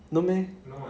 no meh